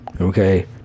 Okay